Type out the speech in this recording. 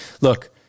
look